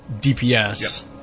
DPS